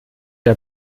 der